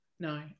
No